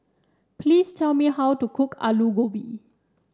please tell me how to cook Alu Gobi